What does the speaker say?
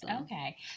Okay